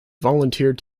volunteered